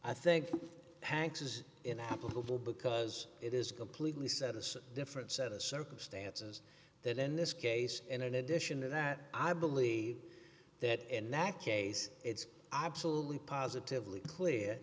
i think hanks is in applicable because it is completely set aside different set of circumstances that in this case and in addition to that i believe that in that case it's absolutely positively clear